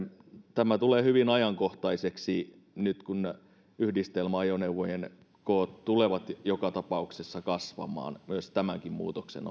tämä tulee hyvin ajankohtaiseksi nyt kun yhdistelmäajoneuvojen koot tulevat joka tapauksessa kasvamaan myös tämän muutoksen